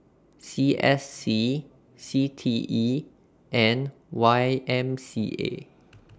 C S C C T E and Y M C A